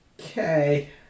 Okay